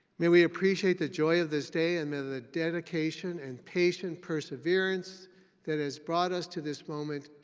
may we appreciate the joy of this day, and then the dedication, and patience, perseverance that has brought us to this moment,